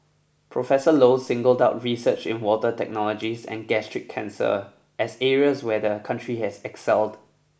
Professor Low singled out research in water technologies and gastric cancer as areas where the country has excelled